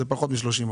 זה פחות מ-30%.